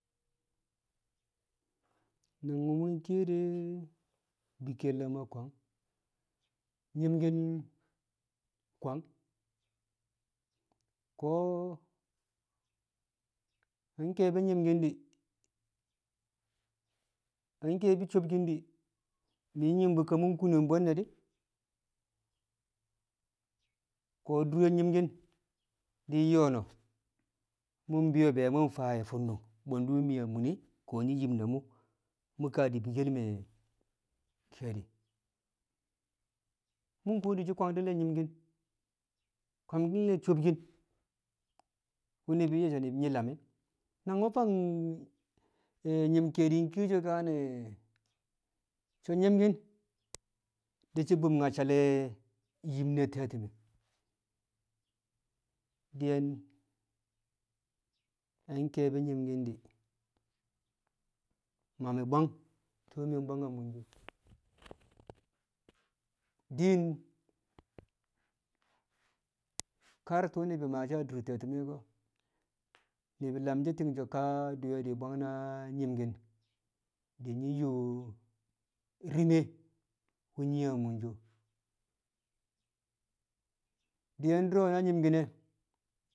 Nangwu̱ mu̱ kiye de̱ bi ke̱lle̱ mo̱ nkwang nyi̱mki̱n kwang ko̱ na ke̱e̱bi̱ nyi̱mki̱n di̱ na ke̱e̱bi̱ sobkin di̱ mi̱ nyi̱m bu̱ ka kuno bwe̱nne̱ di̱ ko̱ dure nyi̱mki̱n di̱ yo̱o̱no̱ mu̱ bi̱yo̱ be mu̱ faa ye̱ funung bwe̱ndu̱ mi̱ a mune ko̱ nƴi̱ yim na mu̱, mu̱ ka di̱ bikkel me̱ ke̱e̱di̱, mu̱ kuwo di̱ shi̱ kwangdi̱ le̱ nyi̱mki̱n, kwangdi̱l sobkin wu̱ ni̱bi̱ nye̱ so̱ nyi̱ lame̱ fang nyi̱mki̱n ke̱e̱di̱ kiye so̱ kaane̱ so̱ nyi̱mki̱n di̱ shi̱ bumnyacca le̱ yim ne̱ te̱ti̱me̱. Diyen na ke̱e̱bi̱ nyi̱mki̱n di̱ ma mi̱ bwang tu̱u̱ mi̱ mbwang a munsho̱, din kar tu̱u̱ ni̱bi̱ maasha dur te̱tɪme̱ ko̱ ni̱bi̱ lam shi̱ ti̱ng so̱ ka kadi̱we̱ di̱ bwang na nyi̱mki̱n di̱ nyi̱ yon rime wu̱ nyi̱ a munsho, diyen du̱ro̱ na nyi̱mki̱n ne̱